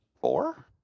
four